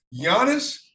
Giannis